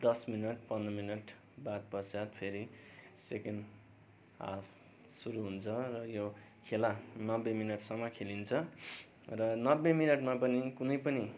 दस मिनट पन्ध्र मिनट बादपश्चात फेरि सेकेन्ड हाफ सुरु हुन्छ र यो खेला नब्बे मिनटसम्म खेलिन्छ र नब्बे मिनटमा पनि कुनै पनि